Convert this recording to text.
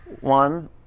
One